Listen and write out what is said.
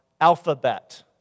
alphabet